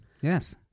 yes